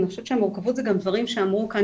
אני חושבת שהמורכבות זה גם דברים שאמרו כאן .